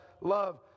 love